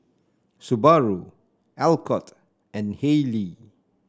Subaru Alcott and Haylee